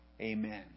Amen